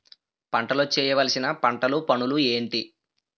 పంటలో చేయవలసిన పంటలు పనులు ఏంటి?